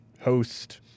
host